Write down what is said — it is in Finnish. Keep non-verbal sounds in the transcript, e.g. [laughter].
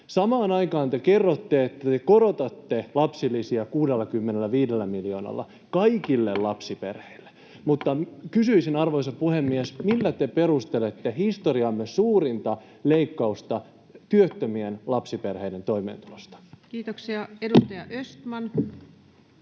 Samaan aikaan te kerrotte, että te korotatte lapsilisiä 65 miljoonalla [noise] kaikille lapsiperheille. Kysyisin, arvoisa puhemies: millä te perustelette historiamme suurinta leikkausta työttömien lapsiperheiden toimeentulosta? Kiitoksia. — Edustaja Östman.